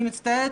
אני מצטערת,